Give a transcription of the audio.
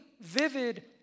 vivid